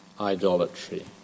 idolatry